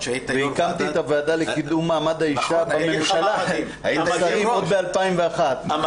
והקמתי את הוועדה לקידום מעמד האישה עוד ב-2001,